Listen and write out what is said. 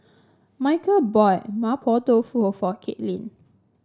Micheal bought Mapo Tofu for Katelynn